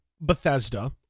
Bethesda